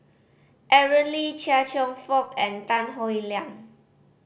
Aaron Lee Chia Cheong Fook and Tan Howe Liang